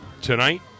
tonight